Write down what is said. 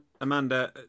Amanda